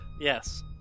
Yes